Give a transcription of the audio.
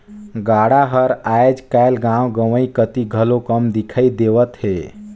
गाड़ा हर आएज काएल गाँव गंवई कती घलो कम दिखई देवत हे